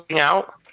out